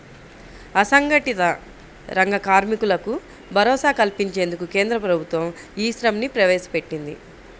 అసంఘటిత రంగ కార్మికులకు భరోసా కల్పించేందుకు కేంద్ర ప్రభుత్వం ఈ శ్రమ్ ని ప్రవేశపెట్టింది